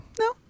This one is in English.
No